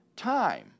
Time